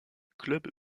club